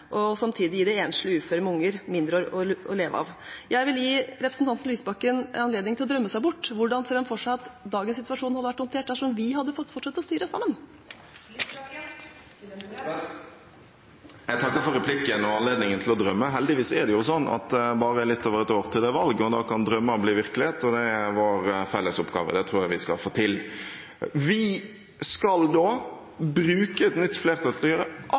og samtidig gi enslige uføre med barn mindre å leve av. Jeg vil gi representanten Lysbakken anledning til å drømme seg bort: Hvordan ser han for seg at dagens situasjon hadde vært håndtert dersom vi hadde fått fortsette å styre sammen? Jeg takker for replikken og anledningen til å drømme. Heldigvis er det sånn at det bare er litt over ett år til det er valg, og da kan drømmer bli virkelighet. Det er vår felles oppgave, og det tror jeg vi skal få til. Vi skal da bruke et nytt flertall til å gjøre